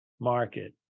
market